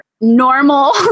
normal